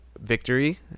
victory